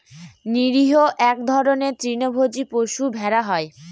নিরীহ এক ধরনের তৃণভোজী পশু ভেড়া হয়